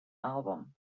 album